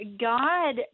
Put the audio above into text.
God